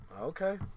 Okay